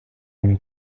mon